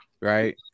right